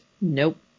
nope